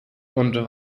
und